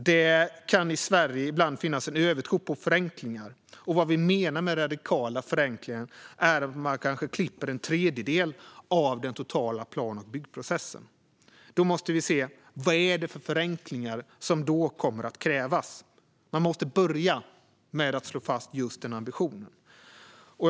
Det kan i Sverige ibland finnas en övertro på förenklingar, men vad vi menar med radikala förenklingar är att man klipper kanske en tredjedel av den totala plan och byggprocessen. Vad är det då för förenklingar som kommer att krävas? Man måste börja med att slå fast just den ambitionen.